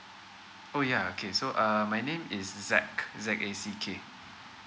oh ya okay so uh my name is zack Z A C K